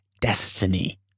destiny